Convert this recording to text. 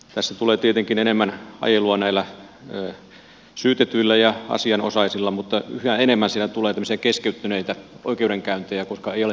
tässä tulee tietenkin enemmän ajelua näillä syytetyillä ja asianosaisilla mutta yhä enemmän siinä tulee tämmöisiä keskeytyneitä oikeudenkäyntejä koska ei ole paikalla henkilöitä